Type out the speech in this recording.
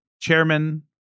chairman